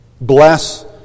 Bless